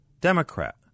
Democrat